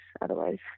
otherwise